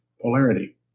Polarity